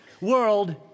world